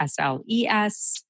SLES